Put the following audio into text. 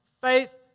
Faith